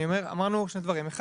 אמרנו שני דברים: א',